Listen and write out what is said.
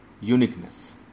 uniqueness